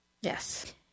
yes